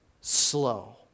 slow